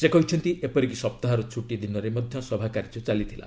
ସେ କହିଛନ୍ତି ଏପରିକି ସପ୍ତାହର ଛୁଟି ଦିନରେ ମଧ୍ୟ ସଭାକାର୍ଯ୍ୟ ଚାଲିଥିଲା